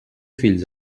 fills